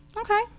okay